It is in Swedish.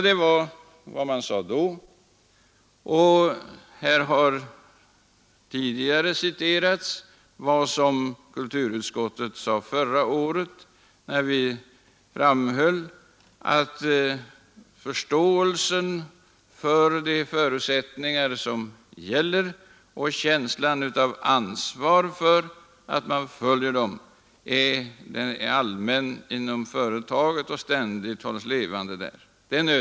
Det anförde man då, och i dag har citerats vad kulturutskottet framhöll förra året, nämligen att det är nödvändigt att förståelsen för de förutsättningar som gäller och känslan av ansvar för att de följs är allmän inom företaget och ständigt hålls levande.